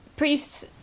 Priests